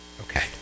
Okay